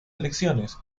elecciones